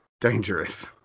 dangerous